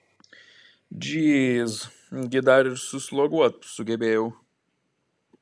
džyz gi dar ir susloguot sugebėjau